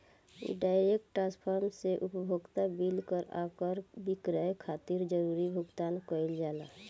direct transfer से उपभोक्ता bill कर आ क्रय विक्रय खातिर जरूरी भुगतान कईल जाला